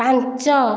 ପାଞ୍ଚ